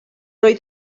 oedd